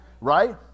right